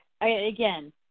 again